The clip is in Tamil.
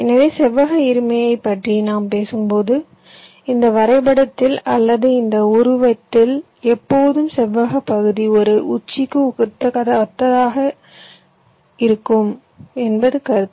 எனவே செவ்வக இருமையைப் பற்றி நாம் பேசும்போது இந்த வரைபடத்தில் அல்லது இந்த உருவத்தில் எப்போதும் செவ்வகப் பகுதி ஒரு உச்சிக்கு ஒத்திருக்கும் என்பது கருத்து